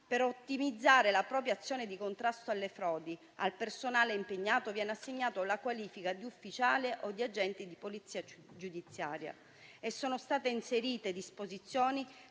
Per ottimizzare la sua azione di contrasto alle frodi, al personale impegnato viene assegnata la qualifica di ufficiale o di agenti di polizia giudiziaria. Sono state inserite disposizioni